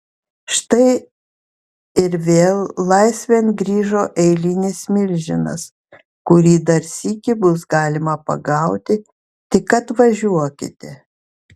štai ir vėl laisvėn grįžo eilinis milžinas kurį dar sykį bus galima pagauti tik atvažiuokite